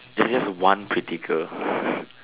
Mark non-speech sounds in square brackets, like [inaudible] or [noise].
there's just one pretty girl [laughs]